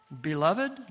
Beloved